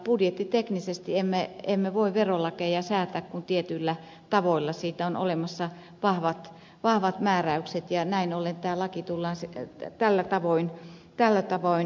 budjettiteknisesti emme voi verolakeja säätää kuin tietyillä tavoilla siitä on olemassa vahvat määräykset ja näin ollen tämä laki tullaan tällä tavoin rakentamaan